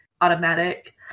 automatic